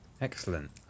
excellent